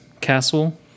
castle